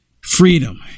freedom